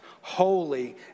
holy